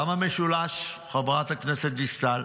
למה משולש, חברת הכנסת דיסטל?